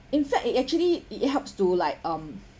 in fact it actually it helps to like um